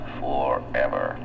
forever